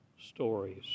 stories